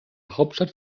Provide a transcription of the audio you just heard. hauptstadt